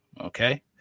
okay